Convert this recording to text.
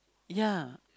ya